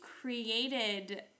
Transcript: created